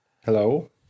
Hello